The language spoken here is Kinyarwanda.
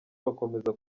bakomeza